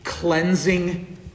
cleansing